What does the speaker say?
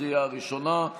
בקריאה ראשונה.